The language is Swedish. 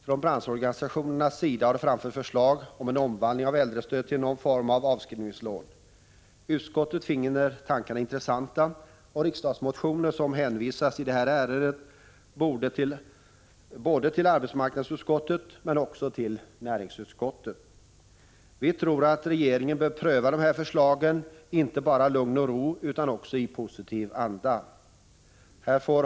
Från branschorganisationernas sida har det framförts förslag om en omvandling av äldrestödet till någon form av avskrivningslån. Utskottet finner tankarna intressanta, och riksdagsmotioner som väcks i detta ärende borde hänvisas både till arbetsmarknadsutskottet och till näringsutskottet. Vi tror att regeringen bör pröva de här förslagen inte bara i lugn och ro utan också i positiv anda.